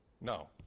no